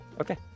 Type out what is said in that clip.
okay